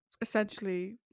essentially